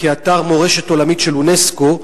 וכאתר מורשת עולמית של אונסק"ו,